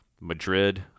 Madrid